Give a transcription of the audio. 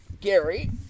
Gary